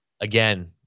Again